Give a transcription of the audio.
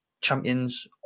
champions